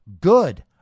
good